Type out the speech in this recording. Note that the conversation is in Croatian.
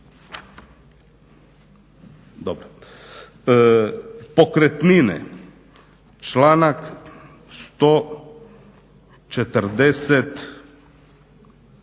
Pokretnine, članak 145.,